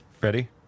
Ready